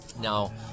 Now